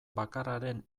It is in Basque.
bakarraren